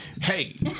Hey